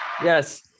Yes